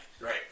right